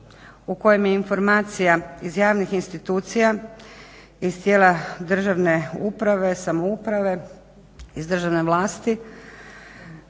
u kojem je informacija iz javnih institucija, iz tijela državne uprave, samouprave, iz državne vlasti,